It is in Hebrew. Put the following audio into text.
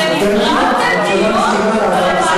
אתם החרמתם דיון?